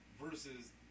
versus